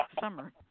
Summer